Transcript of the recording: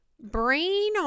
brain